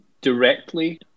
directly